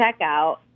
checkout